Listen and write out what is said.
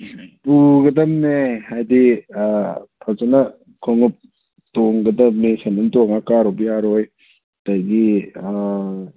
ꯄꯨꯒꯗꯝꯅꯦ ꯍꯥꯏꯗꯤ ꯐꯖꯅ ꯈꯣꯡꯎꯞ ꯇꯣꯡꯒꯗꯝꯅꯤ ꯁꯦꯟꯗꯟ ꯇꯣꯡꯉ ꯀꯥꯔꯨꯕꯗꯤ ꯌꯥꯔꯣꯏ ꯑꯗꯒꯤ ꯑꯥ